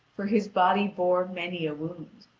for his body bore many a wound.